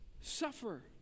suffer